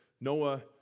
Noah